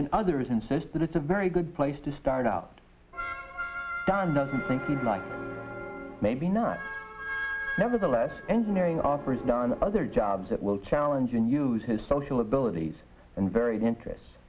and others insist that it's a very good place to start out than those who think he like maybe not nevertheless engineering offers done other jobs that will challenge and use his social abilities and varied interests